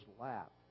lap